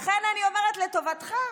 לכן אני אומרת, לטובתך,